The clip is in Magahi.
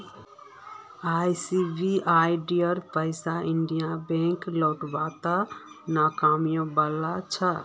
एसबीआईर पैसा इंडियन बैंक लौटव्वात नाकामयाब छ